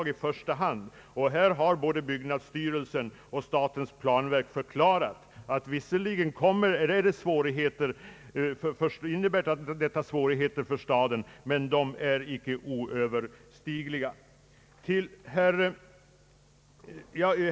Här har både byggnadsstyrelsen och statens planverk förklarat att det visserligen uppstår svårigheter för staden men att dessa inte är oöverstigliga.